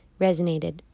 resonated